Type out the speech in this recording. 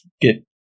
get